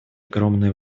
огромное